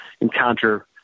encounter